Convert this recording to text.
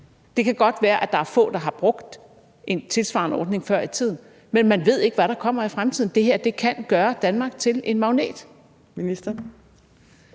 Det kan godt være, at der er få, der har brugt en tilsvarende ordning før i tiden, men man ved ikke, hvad der kommer i fremtiden. Det her kan gøre Danmark til en magnet.